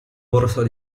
borsa